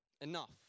enough